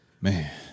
Man